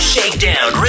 Shakedown